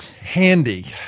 handy